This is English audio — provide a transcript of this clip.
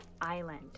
island